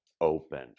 open